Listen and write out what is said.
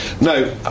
No